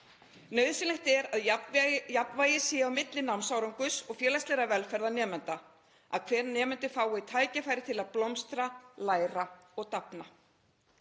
Nauðsynlegt er að jafnvægi sé á milli námsárangurs og félagslegrar velferðar nemenda, að hver nemandi fái tækifæri til að blómstra, læra og dafna.